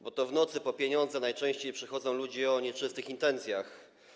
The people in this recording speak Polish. Bo to w nocy po pieniądze najczęściej przychodzą ludzie o nieczystych intencjach.